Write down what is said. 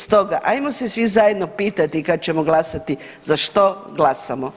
Stoga ajmo se svi zajedno pitati kad ćemo glasati za što glasamo.